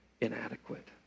inadequate